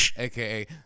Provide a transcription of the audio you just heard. AKA